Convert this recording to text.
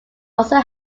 also